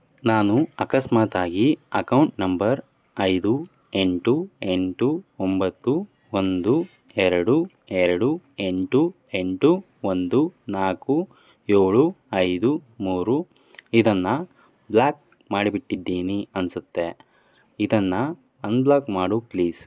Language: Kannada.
ನಾನು ಅಕಸ್ಮಾತಾಗಿ ಅಕೌಂಟ್ ನಂಬರ್ ಐದು ಎಂಟು ಎಂಟು ಒಂಬತ್ತು ಒಂದು ಎರಡು ಎರಡು ಎಂಟು ಎಂಟು ಒಂದು ನಾಲ್ಕು ಏಳು ಐದು ಮೂರು ಇದನ್ನು ಬ್ಲಾಕ್ ಮಾಡ್ಬಿಟ್ಟಿದ್ದೀನಿ ಅನಿಸುತ್ತೆ ಇದನ್ನು ಅನ್ಬ್ಲಾಕ್ ಮಾಡು ಪ್ಲೀಸ್